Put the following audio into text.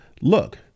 Look